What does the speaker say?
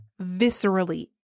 viscerally